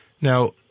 Now